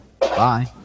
bye